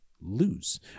lose